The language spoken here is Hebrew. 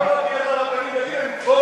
תלך לרבנים ותגיד להם,